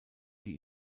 die